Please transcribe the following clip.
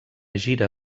gira